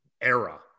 era